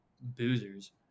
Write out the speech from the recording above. boozers